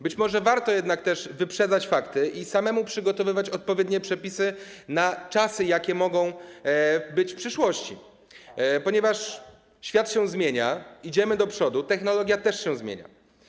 Być może warto jednak też wyprzedzać fakty i samemu przygotowywać odpowiednie przepisy na czasy, jakie mogą nastać w przyszłości, ponieważ świat się zmienia, idziemy do przodu, technologia też się zmienia.